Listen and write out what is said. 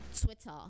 Twitter